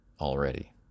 already